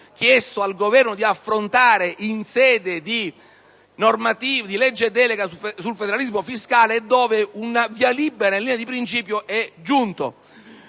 chiesto al Governo di affrontare in sede di legge delega sul federalismo fiscale e dove un via libera in linea di principio è giunto.